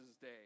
day